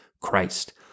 Christ